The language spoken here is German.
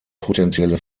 potentielle